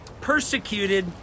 persecuted